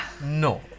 No